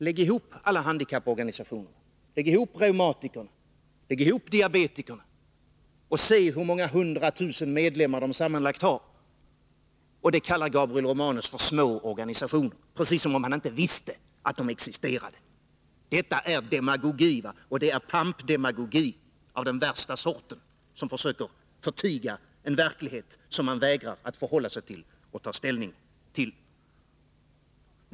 Lägg ihop alla handikapporganisationerna — reumatikerna, diabetikerna osv. — och se hur många hundra tusen medlemmar de sammanlagt har! Detta kallar Gabriel Romanus för små organisationer, precis som om han inte visste att de existerar. Detta är demagogi — pampdemagogi av den värsta sorten. Man försöker förtiga en verklighet som man vägrar att ta ställning till.